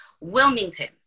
Wilmington